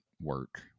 work